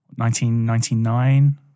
1999